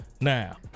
Now